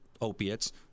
opiates